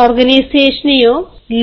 ഓർഗനൈസേഷനെയോ